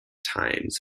times